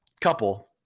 couple